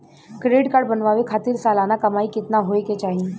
Credit card बनवावे खातिर सालाना कमाई कितना होए के चाही?